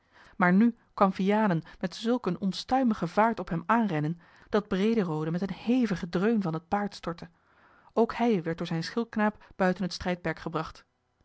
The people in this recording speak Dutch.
maar nu kwam vianen met zulk eene ontstuimige vaart op hem aanrennen dat brederode met een hevigen dreun van het paard stortte ook hij werd door zijn schildknaap buiten het strijdperk gebracht